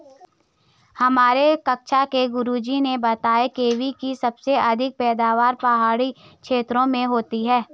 हमारी कक्षा के गुरुजी ने बताया कीवी की सबसे अधिक पैदावार पहाड़ी क्षेत्र में होती है